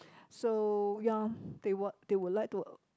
so ya they would they would like to uh